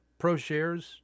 ProShares